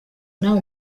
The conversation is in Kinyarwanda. nawe